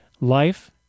life